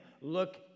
Look